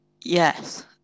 yes